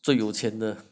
最有钱的